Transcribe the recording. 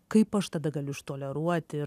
kaip aš tada galiu ištoleruot ir